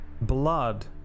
blood